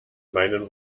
meinen